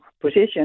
position